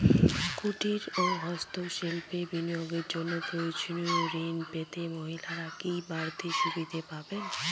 কুটীর ও হস্ত শিল্পে বিনিয়োগের জন্য প্রয়োজনীয় ঋণ পেতে মহিলারা কি বাড়তি সুবিধে পাবেন?